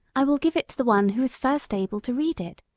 i will give it to the one who is first able to read it,